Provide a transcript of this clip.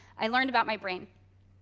i learned about my brain,